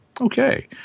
Okay